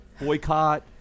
boycott